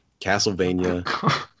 Castlevania